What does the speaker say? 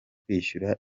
kwishyurira